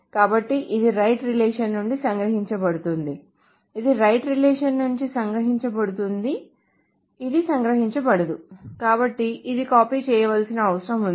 కాబట్టి ఇది right relation నుండి సంగ్రహించబడుతుంది ఇది రైట్ రిలేషన్ నుండి సంగ్రహించ బడుతుంది ఇది సంగ్రహించబడదు కాబట్టి ఇది కాపీ చేయాల్సిన అవసరం ఉంది